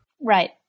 Right